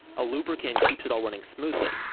a lubricant keeps it all running smoothly.